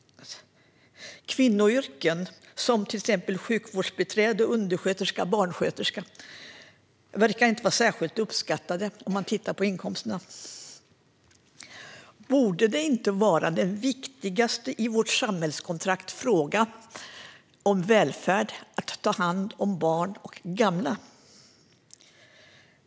Kvinnoyrken som till exempel sjukvårdsbiträde, undersköterska och barnskötare verkar inte vara särskilt uppskattade om man tittar på inkomsterna. Borde inte den viktigaste frågan om välfärd i vårt samhällskontrakt vara att ta hand om barn och gamla?